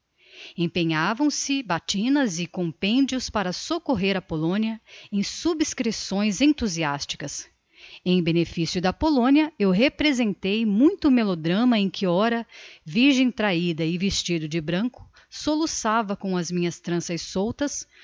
norte empenhavam se batinas e compendios para soccorrer a polonia em subscripções enthusiasticas em beneficio da polonia eu representei muito melodrama em que ora virgem trahida e vestida de branco soluçava com as minhas tranças soltas ora